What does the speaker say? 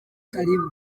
karibu